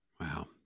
Wow